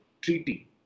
treaty